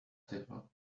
table